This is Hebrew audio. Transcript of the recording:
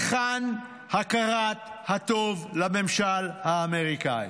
היכן הכרת הטוב לממשל האמריקאי?